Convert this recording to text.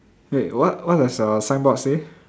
wait what what does your signboard say